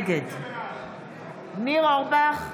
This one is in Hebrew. נגד ניר אורבך,